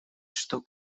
что